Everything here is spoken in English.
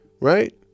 right